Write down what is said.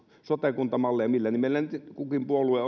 sote kuntamalleja millä nimellä niitä kukin puolue